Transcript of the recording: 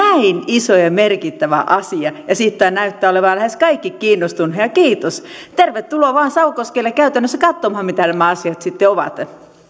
iso ja merkittävä asia ja siitä näyttää olevan lähes kaikki kiinnostuneita kiitos tervetuloa vain savukoskelle käytännössä katsomaan mitä nämä asiat sitten ovat